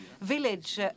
village